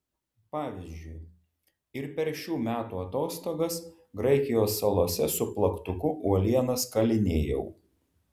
pavyzdžiui ir per šių metų atostogas graikijos salose su plaktuku uolienas kalinėjau